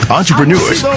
entrepreneurs